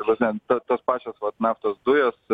ta prasme tas tos pačios naftos dujos